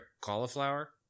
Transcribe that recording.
cauliflower